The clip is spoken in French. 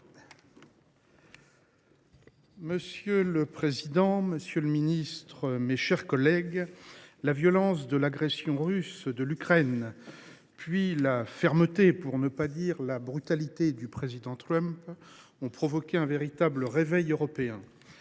Monsieur le président, monsieur le ministre, mes chers collègues, la violence de l’agression russe contre l’Ukraine, puis la fermeté, pour ne pas dire la brutalité, du président Trump, ont provoqué un véritable réveil européen.